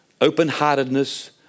open-heartedness